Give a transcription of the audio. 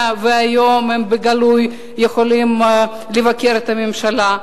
והיום היא בגלוי יכולה לבקר את הממשלה,